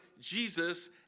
Jesus